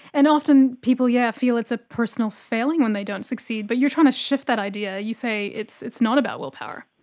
and often people yeah feel it's a personal failure when they don't succeed, but you are trying to shift that idea, you say it's it's not about willpower.